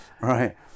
Right